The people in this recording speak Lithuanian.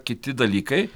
kiti dalykai